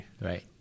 Right